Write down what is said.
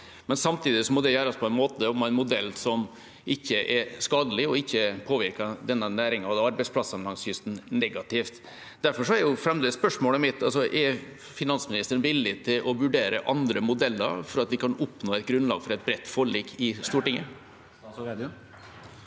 men samtidig må det gjøres på en måte og med en modell som ikke er skadelig, og som ikke påvirker denne næringen og arbeidsplassene langs kysten negativt. Derfor er spørsmålet mitt fremdeles: Er finansministeren villig til å vurdere andre modeller slik at vi kan oppnå et grunnlag for et bredt forlik i Stortinget?